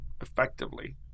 effectively